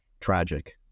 tragic